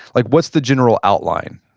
like what's the general outline?